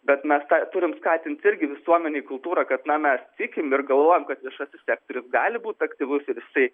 bet mes tą turim skatinti irgi visuomenei kultūrą kad na mes tikim ir galvojam kad viešasis sektorius gali būt aktyvus ir jisai